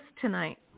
tonight